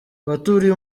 abaturiye